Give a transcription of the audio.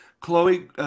Chloe